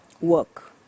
work